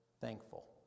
thankful